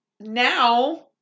Now